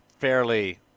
fairly